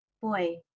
Boy